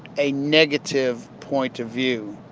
a negative point of view.